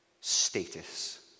status